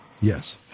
Yes